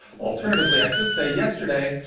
alternatively, i could say, yesterday,